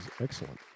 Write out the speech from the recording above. excellent